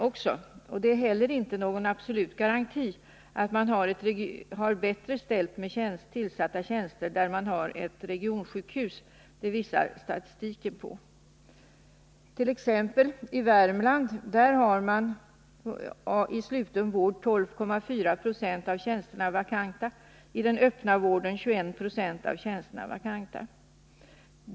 Det finns heller inte någon absolut garanti för att ha tillsatta tjänster där man har ett regionssjukhus. Det visar statistiken. Jag kan ge några exempel. I Värmland har man 12,4 96 av tjänsterna vakanta inom sluten vård. Inom den öppna vården är 2126 av tjänsterna vakanta.